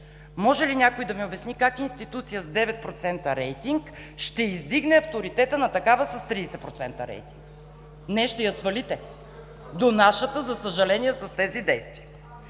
Може ли някой да ми обясни как институция с 9% рейтинг ще издигне авторитета на такава с 30% рейтинг? (Шум и реплики от ГЕРБ.) Не, ще я свалите до нашата, за съжаление, с тези действия.